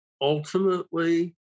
ultimately